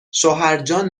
شوهرجان